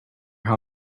how